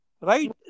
right